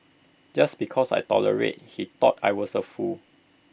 just because I tolerated he thought I was A fool